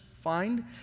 find